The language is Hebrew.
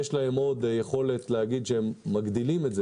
יש להם עוד יכולת להגיד שהם מגדילים את זה